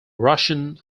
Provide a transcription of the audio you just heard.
russian